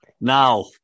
Now